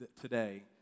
today